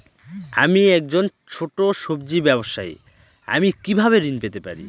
আমি একজন ছোট সব্জি ব্যবসায়ী আমি কিভাবে ঋণ পেতে পারি?